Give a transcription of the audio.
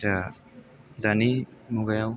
दा दानि मुगायाव